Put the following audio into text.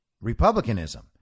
Republicanism